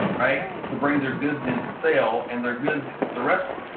right to bring their goods into sale and their goods is the wrestler.